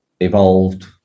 evolved